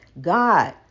God